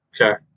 Okay